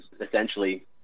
essentially